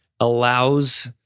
allows